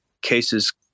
cases